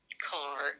car